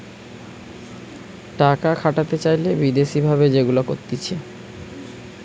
টাকা খাটাতে চাইলে বিদেশি ভাবে যেগুলা করতিছে